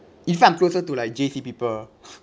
if I'm closer to like J_C people